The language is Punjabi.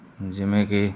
ਜਿਵੇਂ ਕਿ